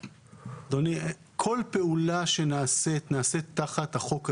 אדוני, כל פעולה שנעשית, נעשית תחת החוק הזה.